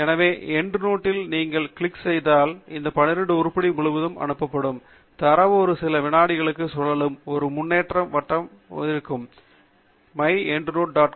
எனவே EndNote portal இல் நீங்கள் க்ளிக் செய்தால் இந்த 12 உருப்படிகள் முழுவதும் அனுப்பப்படும் தரவு ஒரு சில விநாடிகளுக்கு சுழலும் ஒரு முன்னேற்றம் வட்டம் பார்க்கும் போது தரவு மைஎண்டுநோட்